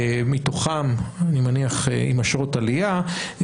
מתוכם אני מניח עם אשרות עלייה,